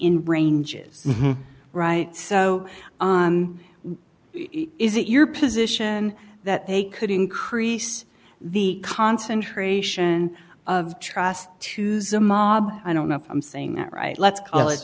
in ranges right so on is it your position that they could increase the concentration of trust to use a mob i don't know if i'm saying that right let's call it